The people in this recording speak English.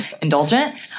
indulgent